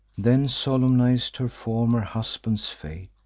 then solemniz'd her former husband's fate.